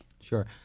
Sure